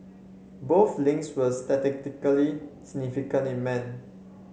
both links were statistically significant in men